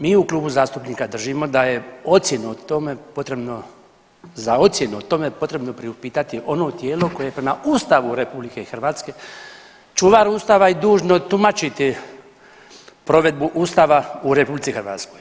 Mi u klubu zastupnika držimo da je ocjenu o tome potrebno, za ocjenu o tome potrebno priupitati ono tijelo koje prema Ustavu RH čuvar Ustava i dužno tumačiti provedbu Ustava u RH.